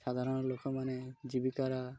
ସାଧାରଣ ଲୋକମାନେ ଜୀବିକାର